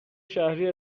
شهری